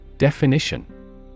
Definition